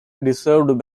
deserved